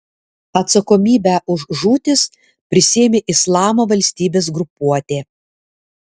atsakomybę už žūtis prisiėmė islamo valstybės grupuotė